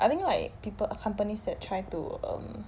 I think like people companies that try to um